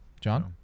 John